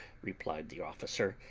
replied the officer,